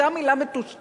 אותה מלה מטושטשת,